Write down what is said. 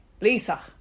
Lisa